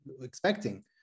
expecting